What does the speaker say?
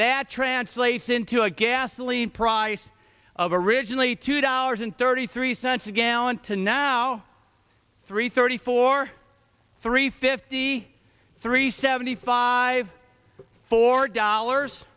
that translates into a gasoline price of originally two dollars and thirty three cents a gallon to now three thirty four three fifty three seventy five four dollars